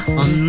on